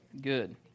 Good